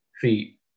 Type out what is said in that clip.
feet